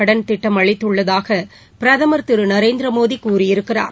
கடன் திட்டம் அளித்துள்ளதாக பிரதமர் திரு நரேந்திரமோடி கூறியிருக்கிறார்